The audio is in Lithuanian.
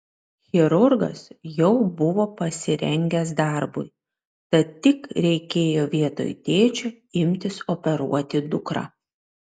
chirurgas jau buvo pasirengęs darbui tad tik reikėjo vietoj tėčio imtis operuoti dukrą